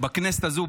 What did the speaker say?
בכנסת הזו,